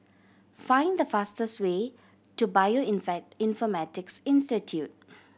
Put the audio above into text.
find the fastest way to infect Institute